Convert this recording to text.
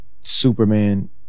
Superman